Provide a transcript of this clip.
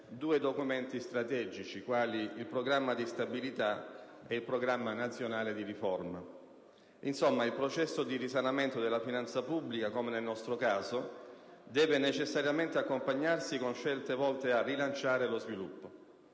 due documenti strategici quali il Programma di stabilità e il Programma nazionale di riforma. Insomma, il processo di risanamento della finanza pubblica, come nel nostro caso, deve necessariamente accompagnarsi a scelte volte a rilanciare lo sviluppo.